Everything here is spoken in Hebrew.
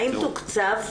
האם תוקצב?